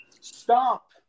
stop